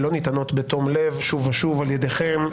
לא ניתנות בתום לב שוב ושוב על ידיכם.